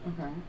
Okay